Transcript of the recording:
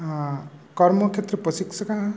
कर्मक्षेत्र प्रशिक्षकः